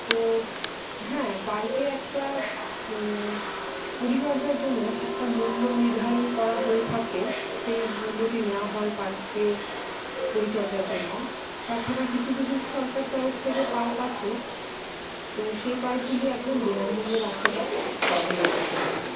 তো হ্যাঁ পার্কে একটা পরিচর্যার জন্য একটা মূল্য নির্ধারণ করা হয়ে থাকে সেই মূল্যটি নেওয়া হয় পার্কের পরিচর্যার জন্য তাছাড়া কিছু কিছু সরকার তরফ থেকে পার্ক আছে তো সেই পার্কগুলি একদম বিনামূল্যে বাচ্চারা খেলাধুলা করতে পারে